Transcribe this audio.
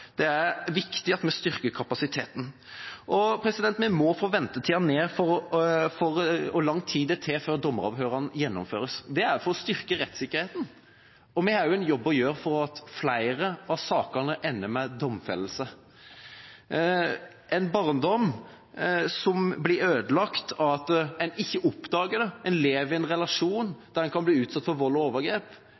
Det er viktig at vi styrker kapasiteten. Og vi må få ventetida ned med tanke på hvor lang tid det tar før dommeravhør gjennomføres. Det er for å styrke rettssikkerheten. Vi har også en jobb å gjøre for at flere av sakene skal ende med domfellelse. En barndom som blir ødelagt av at en ikke oppdager det, en lever i en relasjon der en kan bli utsatt for vold og overgrep,